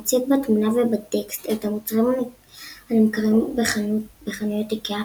המציג בתמונה ובטקסט את המוצרים הנמכרים בחנויות איקאה,